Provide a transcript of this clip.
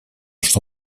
что